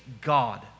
God